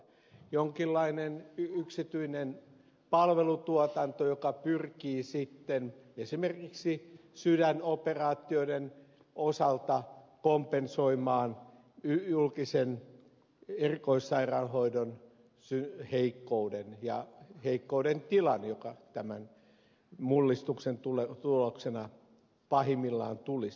jonkinlainen yksityinen palvelutuotanto joka pyrkii sitten esimerkiksi sydänoperaatioiden osalta kompensoimaan julkisen erikoissairaanhoidon heikkouden tilan joka tämän mullistuksen tuloksena pahimmillaan tulisi